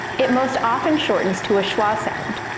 it most often shortens to a schwa sound.